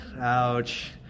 ouch